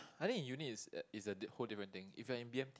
I think in uni it's a it's a whole different thing if you're in b_m_t